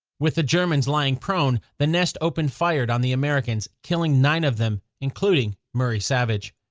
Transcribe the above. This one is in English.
with the germans lying prone, the nest open fired on the americans, killing nine of them including murray savage.